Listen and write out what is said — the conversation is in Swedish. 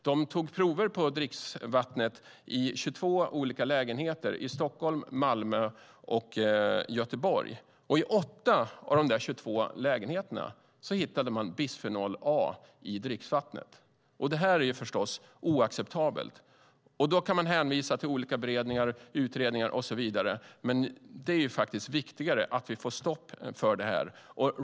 De tog prover på dricksvattnet i 22 olika lägenheter i Stockholm, Malmö och Göteborg. I 8 av dessa 22 lägenheter hittade man bisfenol A i dricksvattnet. Det är förstås oacceptabelt. Man kan hänvisa till olika beredningar, utredningar och så vidare, men det är faktiskt viktigare att vi får stopp på detta.